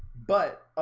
but